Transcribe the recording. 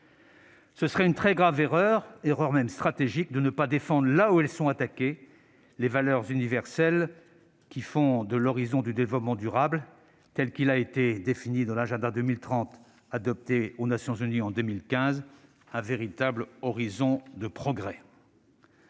Ce serait une très grave erreur- une erreur stratégique -de ne pas défendre, là où elles sont attaquées, les valeurs universelles qui font de l'horizon du développement durable, tel qu'il a été défini dans l'Agenda 2030 adopté par les Nations unies en 2015, un véritable horizon de progrès.